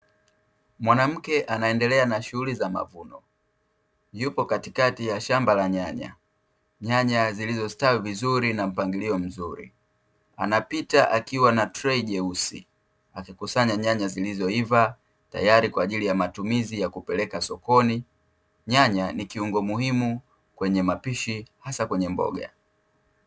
Mwanamke anaendelea na shughuli za mavuno, yupo katikati ya shamba la nyanya, nyanya zilizostawi vizuri na mpangilio mzuri, anapita akiwa na trei jeusi akikusanya nyanya zilizoiva, tayari kwaajili ya matumizi ya kupeleka sokoni. Nyanya ni kiungo muhimu kwenye mapishi hasa kwenye mboga.